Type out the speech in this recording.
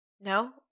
No